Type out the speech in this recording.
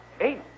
Eight